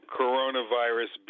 coronavirus